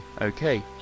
Okay